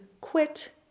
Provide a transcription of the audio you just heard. quit